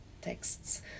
texts